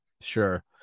Sure